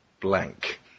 blank